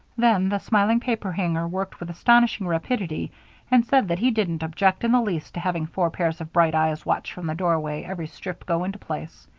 then the smiling paperhanger worked with astonishing rapidity and said that he didn't object in the least to having four pairs of bright eyes watch from the doorway every strip go into place.